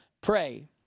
pray